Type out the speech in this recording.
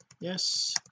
yes